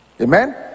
Amen